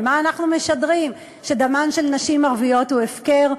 מה אנחנו משדרים, שדמן של נשים ערביות הפקר?